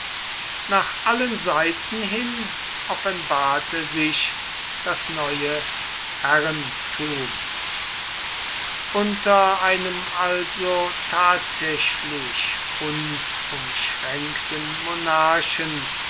nach allen seiten hin offenbarte sich das neue herrenrum unter einem also tatsächlich unumschränkten monarchen